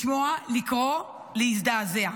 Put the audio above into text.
לשמוע, לקרוא, להזדעזע.